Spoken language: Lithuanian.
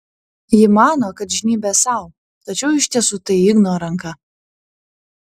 ji mano kad žnybia sau tačiau iš tiesų tai igno ranka